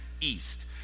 east